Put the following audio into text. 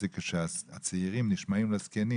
כי כאשר הצעירים נשמעים לזקנים,